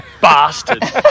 bastard